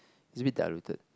is a bit diluted